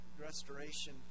restoration